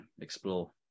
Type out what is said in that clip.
explore